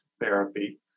therapy